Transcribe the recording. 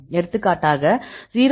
எடுத்துக்காட்டாக 0